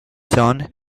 zone